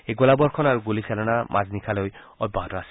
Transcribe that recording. এই গোলাবৰ্ষণ আৰু গুলীচালনা মাজনিশালৈ অব্যাহত আছিল